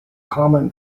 common